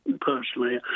personally